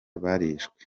barishwe